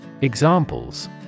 Examples